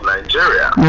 Nigeria